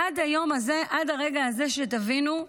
עד היום הזה, עד הרגע הזה, שתבינו,